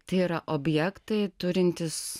tai yra objektai turintys